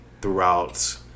throughout